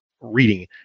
reading